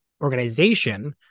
organization